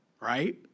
right